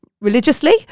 religiously